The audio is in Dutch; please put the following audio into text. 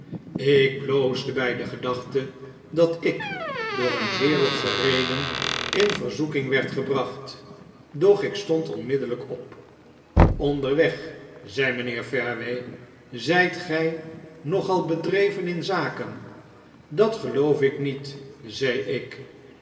ik bloosde by de gedachte dat ik door een wereldsche reden in verzoeking werdjgebracht doch ik stond omiddellijk op onderweg zei mijnheer fareway zyt gy nogal bedreven in zaken dat geloof ik niet zei ik